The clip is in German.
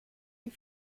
wie